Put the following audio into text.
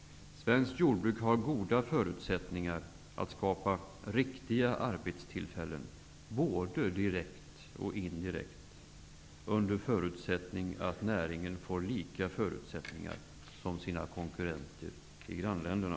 Svenskt jordbruk har goda förutsättningar att både direkt och indirekt skapa riktiga arbetstillfällen under förutsättning att näringen får samma förutsättningar som sina konkurrenter i grannländerna.